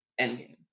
endgame